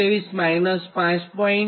2323 5